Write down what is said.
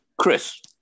Chris